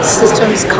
systems